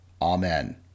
Amen